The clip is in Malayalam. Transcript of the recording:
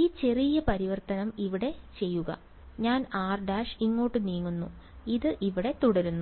ഈ ചെറിയ പരിവർത്തനം ഇവിടെ ചെയ്യുക ഞാൻ r ′ ഇങ്ങോട്ട് നീങ്ങുന്നു ഇത് ഇവിടെ തുടരുന്നു